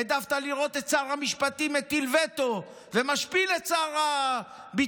העדפת לראות את שר המשפטים מטיל וטו ומשפיל את שר הביטחון.